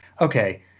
okay